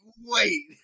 wait